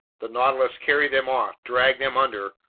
the nautilus carried them off, dragged them under,